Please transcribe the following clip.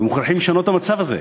מוכרחים לשנות את המצב הזה.